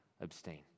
abstain